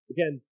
Again